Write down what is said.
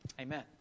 Amen